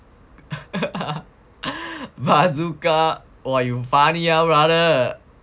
bazooka you funny ah